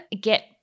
get